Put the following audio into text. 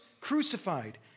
crucified